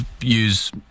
use